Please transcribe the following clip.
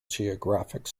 geographic